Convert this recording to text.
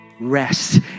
rest